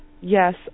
Yes